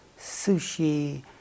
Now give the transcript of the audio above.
sushi